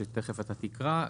שאתה תכף תקרא,